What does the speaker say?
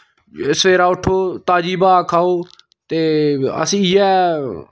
सवेरै उट्ठो ताजी ब्हाऽ खाओ ते अस इ'यै